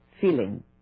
feeling